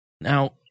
Now